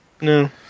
No